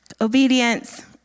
obedience